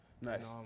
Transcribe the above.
Nice